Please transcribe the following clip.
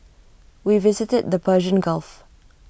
we visited the Persian gulf